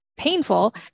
Painful